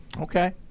Okay